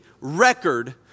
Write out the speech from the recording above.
record